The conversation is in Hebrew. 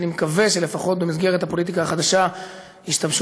אני מקווה שלפחות במסגרת הפוליטיקה החדשה השתמשו